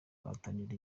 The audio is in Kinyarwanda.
bahatanira